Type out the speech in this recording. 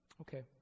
Okay